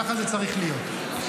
ככה זה צריך להיות.